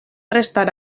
restar